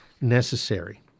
necessary